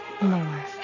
more